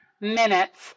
minutes